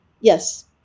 Yes